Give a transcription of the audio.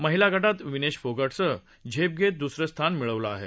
महिला गटात विनेश फोगटनं झेप घेत दुसरं स्थान मिळवलं आहे